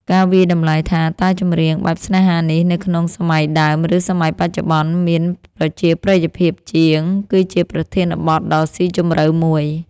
ការវាយតម្លៃថា តើចម្រៀង បែបស្នេហានេះ នៅក្នុង សម័យដើម ឬសម័យបច្ចុប្បន្ន មានប្រជាប្រិយភាពជាង គឺជាប្រធានបទដ៏ស៊ីជម្រៅមួយ